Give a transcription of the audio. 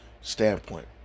standpoint